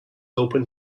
open